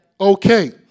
Okay